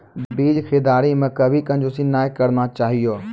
बीज खरीददारी मॅ कभी कंजूसी नाय करना चाहियो